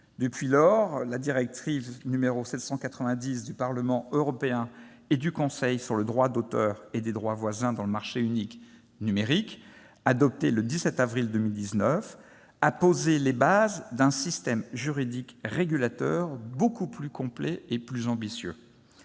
Depuis lors, la directive 2019/790 du Parlement européen et du Conseil sur le droit d'auteur et les droits voisins dans le marché unique numérique, adoptée le 17 avril, a posé les bases d'un système juridique régulateur beaucoup plus complet et ambitieux.